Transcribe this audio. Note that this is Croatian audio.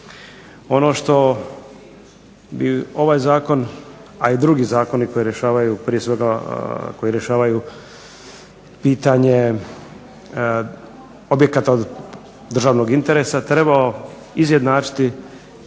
Ono što bi ovaj zakon, a i drugi zakoni koji rješavaju, prije svega koji rješavaju pitanje objekata od državnog interesa trebao izjednačiti